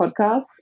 podcast